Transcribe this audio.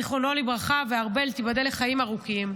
זיכרונו לברכה, ושל ארבל, תיבדל לחיים ארוכים.